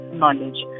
knowledge